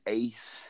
ace